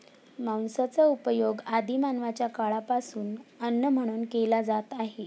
मांसाचा उपयोग आदि मानवाच्या काळापासून अन्न म्हणून केला जात आहे